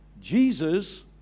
Jesus